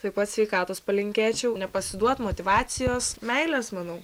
taip pat sveikatos palinkėčiau nepasiduot motyvacijos meilės manau